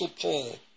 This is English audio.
Paul